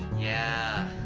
yeah.